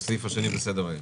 לסעיף השני בסדר-היום.